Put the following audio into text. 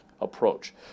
approach